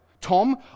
Tom